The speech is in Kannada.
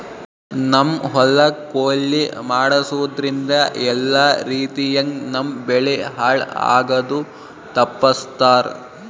ನಮ್ಮ್ ಹೊಲಕ್ ಕೊಯ್ಲಿ ಮಾಡಸೂದ್ದ್ರಿಂದ ಎಲ್ಲಾ ರೀತಿಯಂಗ್ ನಮ್ ಬೆಳಿ ಹಾಳ್ ಆಗದು ತಪ್ಪಸ್ತಾರ್